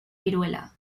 viruela